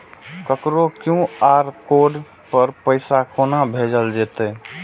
ककरो QR code पर पैसा कोना भेजल जेतै?